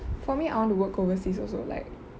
for me I want to work overseas also like